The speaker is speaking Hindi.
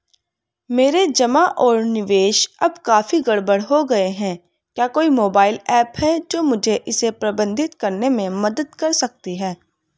मेरे जमा और निवेश अब काफी गड़बड़ हो गए हैं क्या कोई मोबाइल ऐप है जो मुझे इसे प्रबंधित करने में मदद कर सकती है?